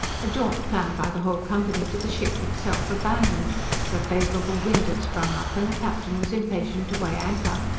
a jaunt planned by the whole company to the ship itself abandoned for a favourable wind had sprung up and the captain was impatient to weigh anchor.